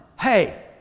hey